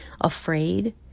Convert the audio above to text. afraid